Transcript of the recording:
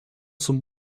some